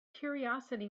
curiosity